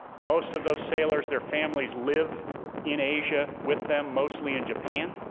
most of those sailors, their families live in asia with them, mostly in japan.